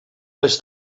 les